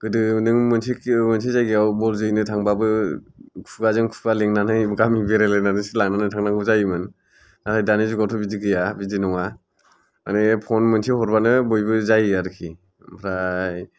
गोदो नों मोनसे ओ मोनसे जायगायाव बल जोहैनो थांबाबो खुगाजों खुगा लेंनानै गामि बेरायलायनानैसो लानानै थांनांगौ जायोमोन आरो दानि जुगावथ' बिदि गैया बेबादि नङा ओरैनो फन मोनसे हरबानो बयबो जायो आरोखि ओमफ्राय